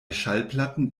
schallplatten